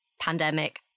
pandemic